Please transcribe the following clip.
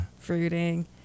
fruiting